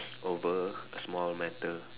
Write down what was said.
over a small matter